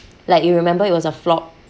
like you remember it was a flop